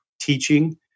teaching